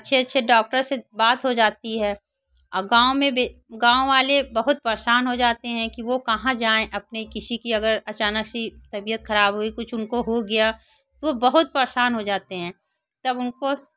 अच्छे अच्छे डॉक्टर से बात हो जाती है और गाँव में भी गाँव वाले बहुत परेशान हो जाते हैं कि वे कहाँ जाएँ अपने किसी की अगर अचानक से तबीयत खराब हुई कुछ उनको हो गया वे बहुत परेशान हो जाते हैं तब उनको